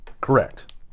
Correct